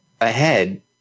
ahead